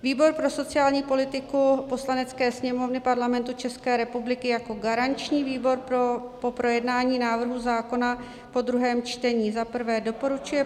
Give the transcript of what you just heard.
Výbor pro sociální politiku Poslanecké sněmovny Parlamentu České republiky jako garanční výbor po projednání návrhu zákona po druhém čtení za prvé doporučuje